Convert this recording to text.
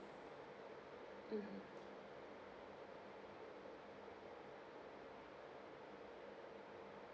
mm